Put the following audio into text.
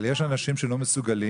אבל יש אנשים שלא מסוגלים.